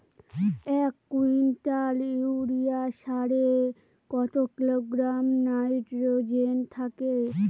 এক quintal urea সারে কত কিলোগ্রাম নাইট্রোজেন থাকে?